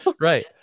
Right